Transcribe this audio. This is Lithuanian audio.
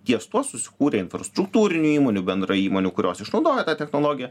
ties tuo susikūrė infrastruktūrinių įmonių bendrai įmonių kurios išnaudoja tą technologiją